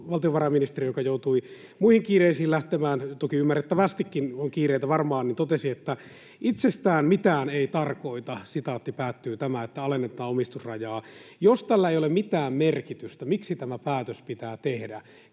Valtiovarainministeri, joka joutui muihin kiireisiin lähtemään — toki ymmärrettävästikin on kiireitä varmaan — totesi, että ”itsessään mitään ei tarkoita” tämä, että alennetaan omistusrajaa. Jos tällä ei ole mitään merkitystä, miksi tämä päätös pitää tehdä?